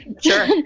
Sure